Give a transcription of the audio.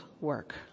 work